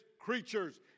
creatures